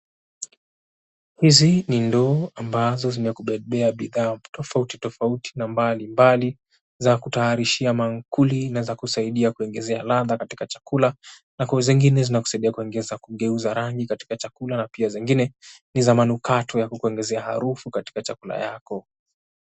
Hizi ni ndoo ambazo zimekubebea bidhaa tofauti tofauti na mbali mbali za kutayarishia maakuli na za kusaidia kuongezea ladha katika chakula. Na kuna zingine zinakusaidia kuongeza kugeuza rangi katika chakula na pia zingine ni za manukato ya kukuongezea harufu katika chakula yako.